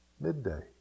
midday